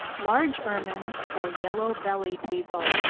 large ermine, or yellow-bellied weasel.